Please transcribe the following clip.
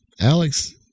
Alex